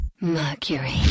Mercury